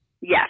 Yes